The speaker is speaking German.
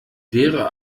wäre